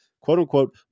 quote-unquote